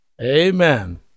Amen